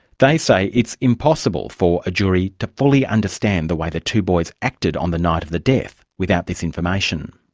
they say it's impossible for a jury to fully understand the way the two boys acted on the night of the death, without this information.